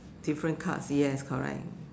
different cards yes correct